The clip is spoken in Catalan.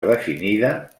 definida